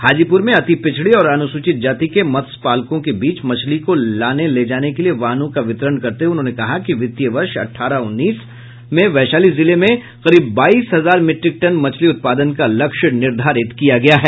हाजीपुर में अति पिछड़ी और अनुसूचित जाति के मत्स्यपालकों के बीच मछली को लाने ले जाने के लिए वाहनों का वितरण करते हुए उन्होंने कहा कि वित्तीय वर्ष अठारह उन्नीस वैशाली जिले में करीब बाईस हजार मिट्रिक टन मछली उत्पादन का लक्ष्य निर्धारित किया गया है